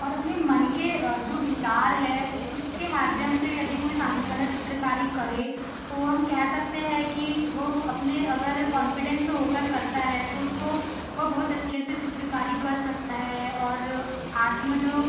और अपने मन के जो विचार है उसके माध्यम से यदि कोई सामने वाला चित्रकारी करे तो हम कह सकते हैं कि वो अपने अगर कॉन्फिडेंस हो कर करता है तो उसको वो बहुत अच्छे से चित्रकारी कर सकता है और आत्म जो